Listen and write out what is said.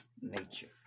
nature